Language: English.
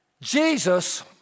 Jesus